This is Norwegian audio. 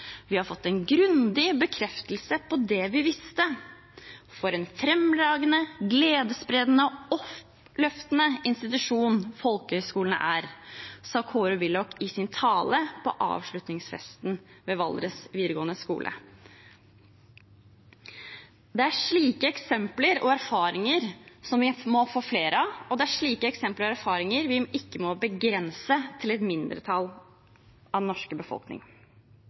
har fått en grundig bekreftelse på det vi visste: for en fremragende, gledesskapende og oppløftende institusjon folkehøgskolen er». Dette sa Kåre Willoch i sin tale på avslutningsfesten ved Valdres Folkehøgskole. Det er slike eksempler og erfaringer vi må få flere av, og det er slike eksempler og erfaringer vi ikke må begrense til et mindretall av den norske befolkning.